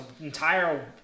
entire